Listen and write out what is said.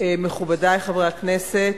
מכובדי חברי הכנסת,